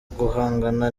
guhangana